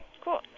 cool